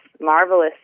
marvelous